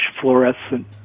fluorescent